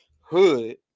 hood